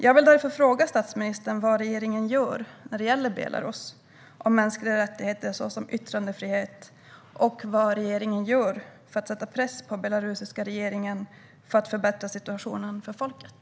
Jag vill därför fråga statsministern vad regeringen gör när det gäller Belarus och mänskliga rättigheter såsom yttrandefrihet samt vad regeringen gör för att sätta press på den belarusiska regeringen och förbättra situationen för folket.